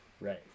Right